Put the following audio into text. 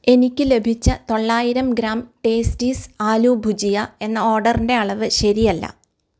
എനിക്ക് ലഭിച്ച തൊള്ളായിരം ഗ്രാം ടേസ്റ്റീസ് ആലു ഭുജിയ എന്ന ഓർഡറിന്റെ അളവ് ശരിയല്ല